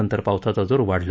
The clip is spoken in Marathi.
नंतर पावसाचा जोर वाढला